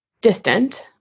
distant